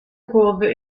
kurve